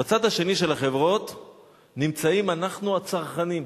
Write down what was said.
בצד השני של החברות נמצאים אנחנו הצרכנים.